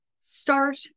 start